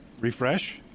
Refresh